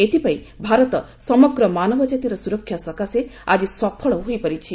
ଏଥିପାଇଁ ଭାରତ ସମଗ୍ର ମାନବଚ୍ଚାତିର ସୁରକ୍ଷା ସକାଶେ ଆଜି ସଫଳ ହୋଇପାରିଛି